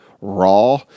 raw